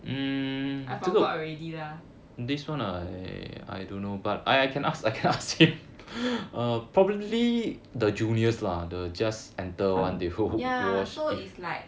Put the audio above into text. I forgot already lah ya so is like